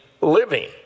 living